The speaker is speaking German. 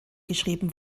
geschrieben